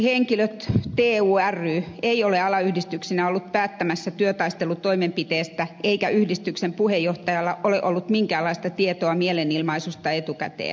siirtokonetoimihenkilöt tu ry ei ole alayhdistyksenä ollut päättämässä työtaistelutoimenpiteestä eikä yhdistyksen puheenjohtajalla ole ollut minkäänlaista tietoa mielenilmaisusta etukäteen